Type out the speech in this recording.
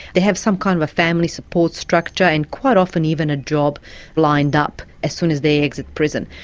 they have some kind of a family support structure, and quite often even a job lined up as soon as they exit prison.